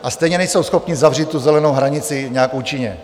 A stejně nejsou schopni zavřít tu zelenou hranici nějak účinně.